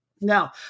Now